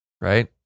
right